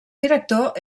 director